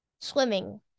Swimming